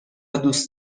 دوست